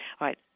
right